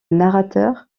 narrateur